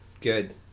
Good